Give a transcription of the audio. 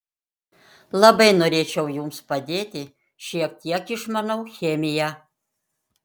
labai norėčiau jums padėti šiek tiek išmanau chemiją